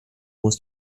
muss